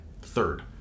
Third